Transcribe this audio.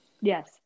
yes